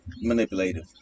manipulative